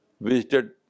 visited